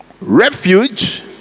Refuge